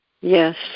Yes